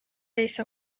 yahise